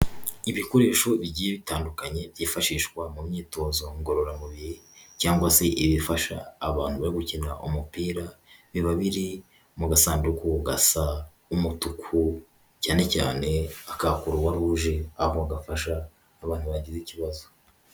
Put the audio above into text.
Ibikoresho bigiye bitandukanye byifashishwa mu myitozo ngororamubiri cyangwa se ibifasha abantu bari gukina umupira, biba biri mu gasanduku gasa umutuku cyane cyane aka Croix rouge, aho gafasha abantu bagize ikibazo.